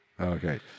Okay